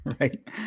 Right